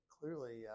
clearly